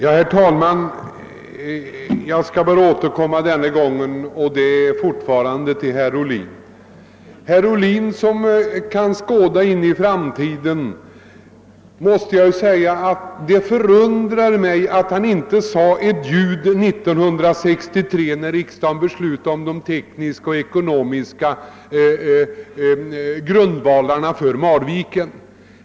Herr talman! Jag ber att få återkomma, och jag vänder mig fortfarande till herr Ohlin. Det förundrar mig att herr Ohlin som kan skåda in i framtiden inte sade ett ljud år 1963 då riksdagen beslutade om de tekniska och ekonomiska grundvalarna för Marviken.